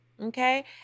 okay